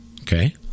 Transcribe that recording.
Okay